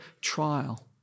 trial